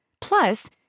Plus